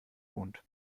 wohnt